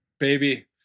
Baby